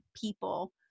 people